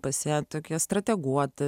pas ją tokie strateguot